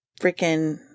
freaking